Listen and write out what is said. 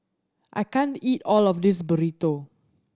I can't eat all of this Burrito